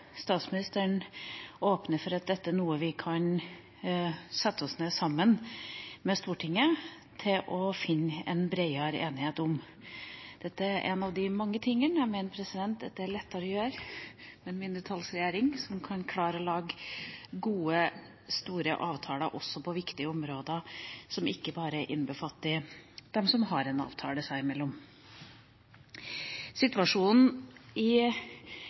statsministeren åpner for at vi kan sette oss ned sammen for å finne fram til en breiere enighet om dette. Dette er en av de mange ting jeg mener at det er lettere å gjøre med en mindretallsregjering – man kan klare å lage gode, store avtaler også på viktige områder som ikke bare innbefatter dem som har en avtale seg imellom. Situasjonen i